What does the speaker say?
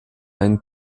einen